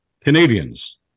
Canadians